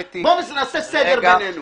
בוא נעשה סדר בינינו.